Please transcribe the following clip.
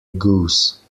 goose